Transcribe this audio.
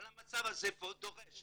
אבל המצב הזה פה דורש,